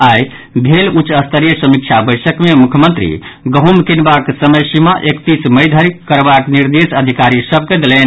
आई भेल उच्चस्तरीय समीक्षा बैसक मे मुख्यमंत्री गहूँम कीनबाक समय सीमा एकतीस मई धरि करबाक निर्देश अधिकारी सभ के देलनि